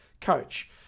coach